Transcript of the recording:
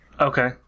okay